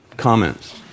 comments